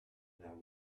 now